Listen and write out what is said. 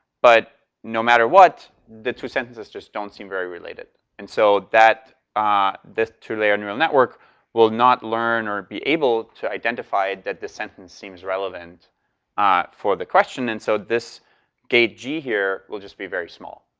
but no matter what, the two sentences just don't seem very related. and so, this two layer neural network will not learn or be able to identify that the sentence seems relevant ah for the question. and so this gate g here will just be very small,